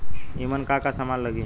ईमन का का समान लगी?